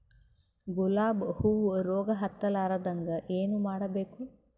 ಗುಲಾಬ್ ಹೂವು ರೋಗ ಹತ್ತಲಾರದಂಗ ಏನು ಮಾಡಬೇಕು?